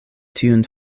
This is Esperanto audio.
tiun